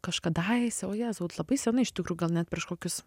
kažkadaise o jezau labai senai iš tikrų gal net prieš kokius